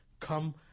come